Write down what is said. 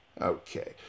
Okay